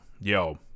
yo